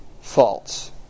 false